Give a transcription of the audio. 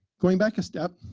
going back a step,